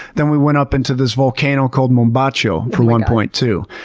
then we went up into this volcano called mombacho for one point too,